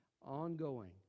Ongoing